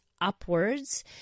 Upwards